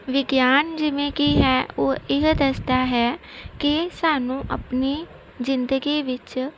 ਵਿਗਿਆਨ ਜਿਵੇਂ ਕੀ ਹੈ ਉਹ ਇਹ ਦੱਸਦਾ ਹੈ ਕਿ ਸਾਨੂੰ ਆਪਣੀ ਜ਼ਿੰਦਗੀ ਵਿੱਚ